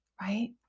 right